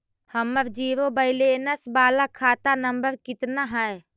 हमर zero balance बाला खाता नम्बर कितना है?